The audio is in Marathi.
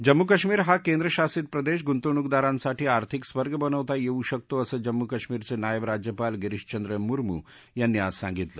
जम्मू कश्मीर हा केंद्रशासित प्रदेश गुंतवणूकदारांसाठी आर्थिक स्वर्ग बनवता येऊ शकतो असं जम्मू कश्मीरचे नायब राज्यपाल गिरीश चंद्र मुरमू यांनी आज सांगितलं